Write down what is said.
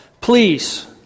please